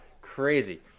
crazy